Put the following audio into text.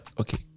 Okay